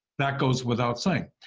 that goes without saying.